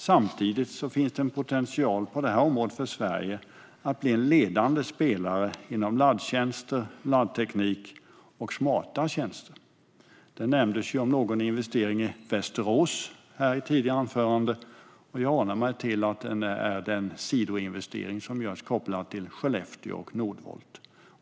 Samtidigt finns det på det här området en potential för Sverige att bli en ledande spelare inom laddtjänster, laddteknik och smarta tjänster. Någon nämnde i ett tidigare anförande investeringar i Västerås, och jag anar att det syftar på den sidoinvestering som görs kopplat till Skellefteå och Northvolt.